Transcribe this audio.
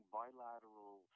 bilateral